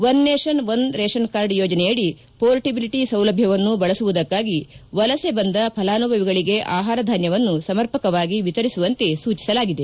one nation one ration card ಯೋಜನೆಯಡಿ portability ಸೌಲಭ್ಯವನ್ನು ಬಳಸುವುದಕ್ಕಾಗಿ ವಲಸೆ ಬಂದ ಫಲಾನುಭವಿಗಳಿಗೆ ಆಹಾರ ಧಾನ್ನವನ್ನು ಸಮರ್ಪಕವಾಗಿ ವಿತರಿಸುವಂತೆ ಸೂಚಿಸಲಾಗಿದೆ